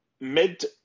mid